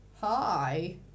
Hi